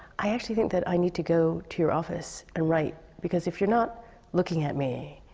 i actually think that i need to go to your office and write. because if you're not looking at me,